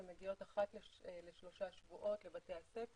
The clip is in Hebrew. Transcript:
הן מגיעות אחת לשלושה שבועות לבתי הספר.